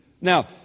Now